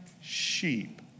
sheep